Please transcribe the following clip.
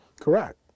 Correct